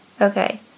Okay